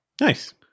Nice